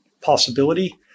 possibility